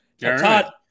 todd